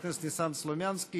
הם סוחרים בנשק,